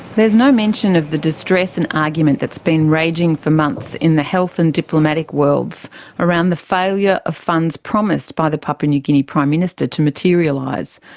there's no mention of the distress and argument that's been raging for months in the health and diplomatic worlds around the failure of funds promised by the papua new guinea prime minister to materialise.